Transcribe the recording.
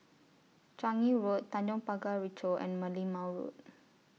Changi Road Tanjong Pagar Ricoh and Merlimau Road